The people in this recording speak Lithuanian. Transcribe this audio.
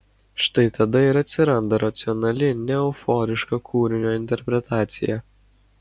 štai tada ir atsiranda racionali neeuforiška kūrinio interpretacija